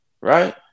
right